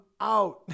out